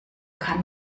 kann